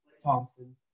Thompson